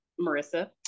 Marissa